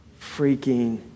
freaking